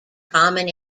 common